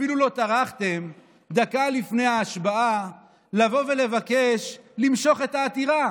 אפילו לא טרחתם דקה לפני ההשבעה לבקש למשוך את העתירה.